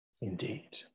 indeed